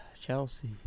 Chelsea